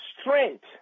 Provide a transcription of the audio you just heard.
strength